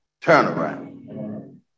turnaround